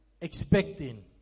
expecting